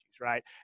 right